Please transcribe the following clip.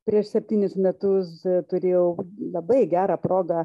prieš septynis metus turėjau labai gerą progą